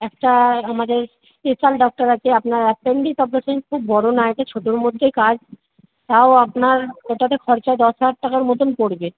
একটা আমাদের special doctor আছে আপনার অ্যাপেন্ডিক্স অপারেশন খুব বড় না এটা ছোটোর মধ্যেই কাজ তাও আপনার ওটাতে খরচা দশ হাজার টাকার মতন পড়বে